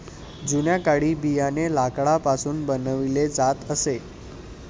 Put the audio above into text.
जुन्या काळी बियाणे लाकडापासून बनवले जात असे